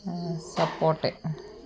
സപ്പോട്ട